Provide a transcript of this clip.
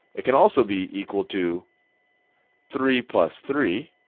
it can also be equal to three plus three.